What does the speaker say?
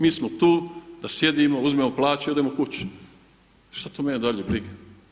Mi smo tu da sjedimo uzmemo plaću i odemo kući što to mene dalje briga.